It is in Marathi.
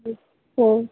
हं हो